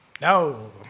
No